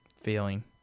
feeling